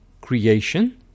creation